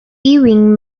ewing